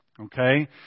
Okay